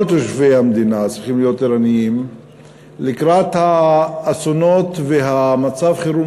כל תושבי המדינה צריכים להיות ערניים לקראת האסונות ומצב החירום